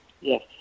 Yes